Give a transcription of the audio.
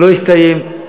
לא הסתיים,